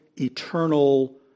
eternal